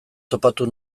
topatu